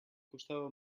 costava